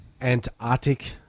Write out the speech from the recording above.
Antarctic